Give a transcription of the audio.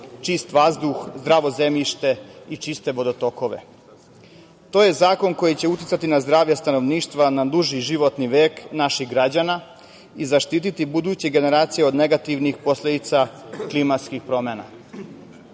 čist vazduh, zdravo zemljište i čiste vodotokove. To je zakon koji će uticati na zdravlje stanovništva, na duži životni vek naših građana i zaštiti buduće generacije od negativnih posledica klimatskih promena.